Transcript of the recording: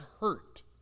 hurt